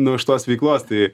nuo šitos veiklos tai